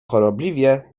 chorobliwie